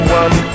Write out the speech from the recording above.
one